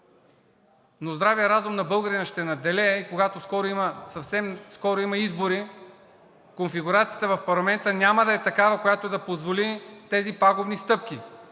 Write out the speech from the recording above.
Но здравият разум на българина ще надделее и когато съвсем скоро има избори, конфигурацията в парламента няма да е такава, която да позволи тези пагубни стъпки.